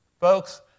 Folks